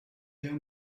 you